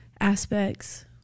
aspects